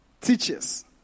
teachers